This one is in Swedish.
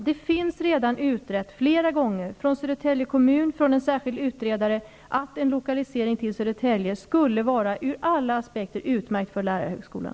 Det har redan flera gånger konstaterats -- av Södertälje kommun och av en särskild utredare -- att en lokalisering till Södertälje ur alla aspekter skulle vara utmärkt för lärarhögskolan.